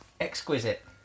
Exquisite